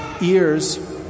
ears